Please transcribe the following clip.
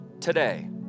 today